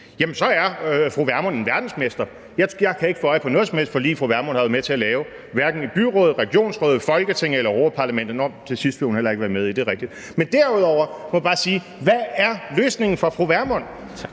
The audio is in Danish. jamen så er fru Vermund en verdensmester. Jeg kan ikke få øje på noget som helst forlig, fru Vermund har været med til at lave, hverken i byråd, regionsråd, Folketing eller Europa-Parlamentet – nå, det sidste vil hun heller ikke være med i, det er rigtigt. Men derudover må jeg bare spørge: Hvad er løsningen for fru Vermund?